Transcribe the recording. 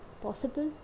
possible